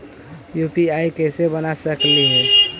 UPI कैसे बना सकली हे?